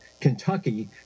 Kentucky